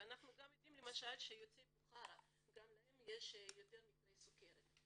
ואנחנו גם יודעים למשל שבקרב יוצאי בוכרה יש יותר מקרי סוכרת.